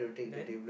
then